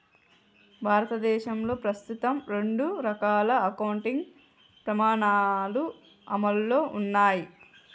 భారతదేశంలో ప్రస్తుతం రెండు రకాల అకౌంటింగ్ ప్రమాణాలు అమల్లో ఉన్నయ్